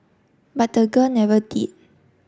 but the girl never did